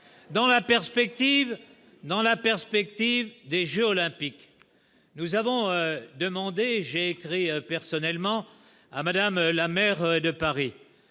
dans la perspective des Jeux olympiques, nous avons demandé, j'ai écrit personnellement à Madame la maire de Paris